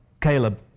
Caleb